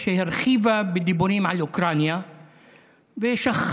שהרחיבה בדיבורים על אוקראינה ושכחה